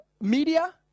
Media